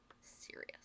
Serious